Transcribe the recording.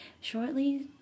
shortly